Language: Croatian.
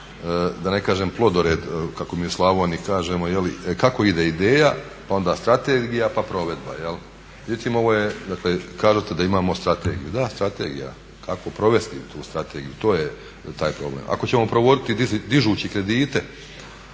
da ne kažem plodored kako mi u Slavoniji kažemo jeli kako ide ideja, pa onda strategija, pa provedbe. Međutim kažete da imamo strategiju, da strategija, kako provesti tu strategiju to je taj problem. ako ćemo provoditi dižući kredite